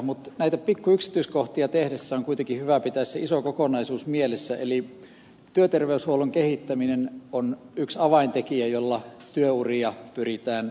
mutta näitä pikkuyksityiskohtia tehdessä on kuitenkin hyvä pitää se iso kokonaisuus mielessä eli työterveyshuollon kehittäminen on yksi avaintekijä jolla työuria pyritään jatkamaan